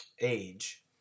age